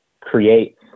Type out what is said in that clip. create